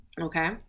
Okay